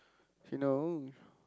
if you know